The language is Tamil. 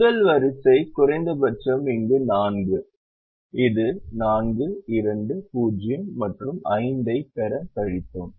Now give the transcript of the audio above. முதல் வரிசை குறைந்தபட்சம் இங்கு நான்கு இது 4 2 0 மற்றும் 5 ஐப் பெறக் கழித்தோம்